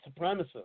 supremacist